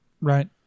Right